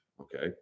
Okay